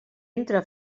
entra